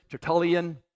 Tertullian